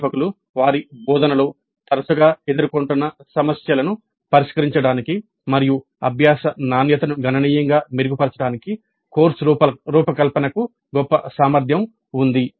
అధ్యాపకులు వారి బోధనలో తరచుగా ఎదుర్కొంటున్న సమస్యలను పరిష్కరించడానికి మరియు అభ్యాస నాణ్యతను గణనీయంగా మెరుగుపరచడానికి కోర్సు రూపకల్పన కు గొప్ప సామర్థ్యం ఉంది